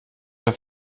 der